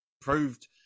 proved